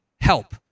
help